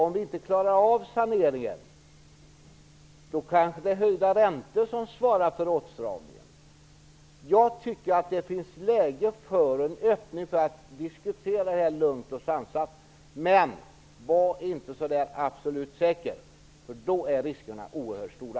Om vi inte klarar av saneringen då kan det bli höjda räntor som svarar för åtstramningen. Jag anser att det är läge för att diskutera detta lugnt och sansat. Men var inte så absolut säker. Då är riskerna oerhört stora.